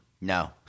No